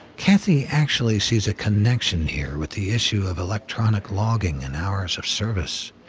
cathy actually sees a connection here with the issue of electronic logging and hours of service,